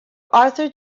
arthur